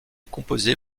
composée